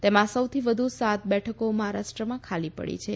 તેમાં સૌથી વધુ સાત બેઠકો મહારાષ્ટ્રમાં ખાલી પડી છે